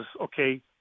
okay